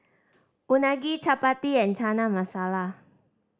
Unagi Chapati and Chana Masala